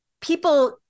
people